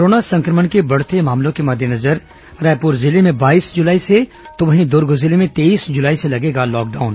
corona संक्रमण के बढ़ते मामलों के मद्देनजर रायपुर जिले में बाईस जुलाई से तो वहीं दुर्ग जिले में तेईस जुलाई से लगेगा लॉकडाउन